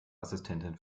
assistentin